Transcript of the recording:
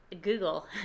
google